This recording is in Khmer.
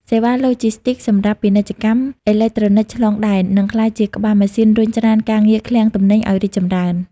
សេវាឡូជីស្ទីកសម្រាប់ពាណិជ្ជកម្មអេឡិចត្រូនិកឆ្លងដែន នឹងក្លាយជាក្បាលម៉ាស៊ីនរុញច្រានការងារឃ្លាំងទំនិញឱ្យរីកចម្រើន។